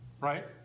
right